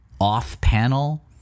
off-panel